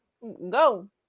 go